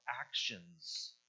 actions